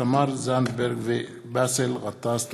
תמר זנדברג ובאסל גטאס בנושא: